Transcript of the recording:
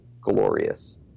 glorious